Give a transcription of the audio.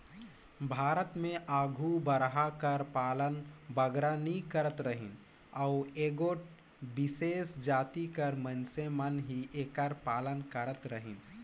भारत में आघु बरहा कर पालन बगरा नी करत रहिन अउ एगोट बिसेस जाति कर मइनसे मन ही एकर पालन करत रहिन